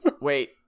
wait